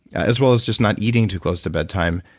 as well as just not eating too close to bedtime,